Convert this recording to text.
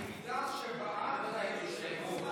בעד, שניים,